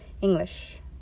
English